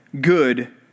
Good